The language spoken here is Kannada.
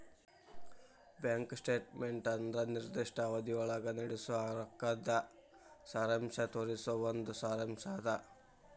ಬ್ಯಾಂಕ್ ಸ್ಟೇಟ್ಮೆಂಟ್ ಅಂದ್ರ ನಿರ್ದಿಷ್ಟ ಅವಧಿಯೊಳಗ ನಡಸೋ ರೊಕ್ಕದ್ ಸಾರಾಂಶ ತೋರಿಸೊ ಒಂದ್ ಸಾರಾಂಶ್ ಅದ